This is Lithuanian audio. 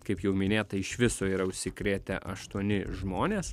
kaip jau minėta iš viso yra užsikrėtę aštuoni žmonės